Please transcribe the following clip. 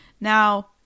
Now